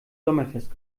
sommerfest